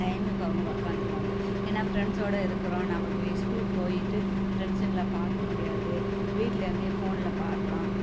டைமுக்கு அவங்க உட்காந்துருவாங்க ஏன்னால் ஃப்ரெண்ட்ஸ்ஸோடு இருக்கிறோம் நம்ம இப்போ ஸ்கூலுக்கு போயிட்டு ஃப்ரெண்ட்ஸுங்களை பார்க்க முடியாது வீட்லேருந்தே போனில் பார்க்கலாம்